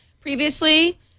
Previously